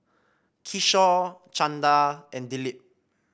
Kishore Chanda and Dilip